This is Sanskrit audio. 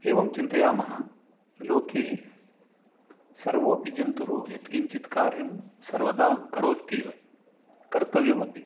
एवं चिन्तयामः लोके सर्वोपि जन्तुः यत्किञ्चित् कार्यं सर्वदा करोत्येव कर्तव्यमपि